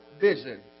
vision